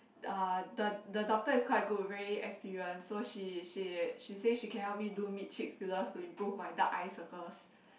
uh the the doctor is quite good very experience so she she she say she can help do mid cheek fillers to improve my dark eye circles